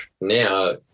now